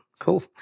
Cool